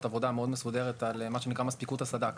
עבודה מסודרת מאוד על מה שנקרא: מספיקות הסד"כ,